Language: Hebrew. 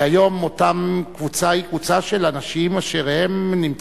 היום אותה קבוצה היא קבוצה של אנשים שנמצאים